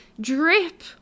drip